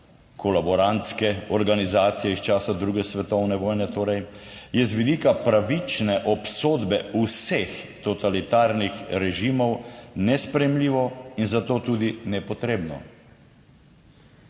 kolaborantske organizacije iz časa druge svetovne vojne, torej z vidika pravične obsodbe vseh totalitarnih režimov nesprejemljivo in zato tudi nepotrebno.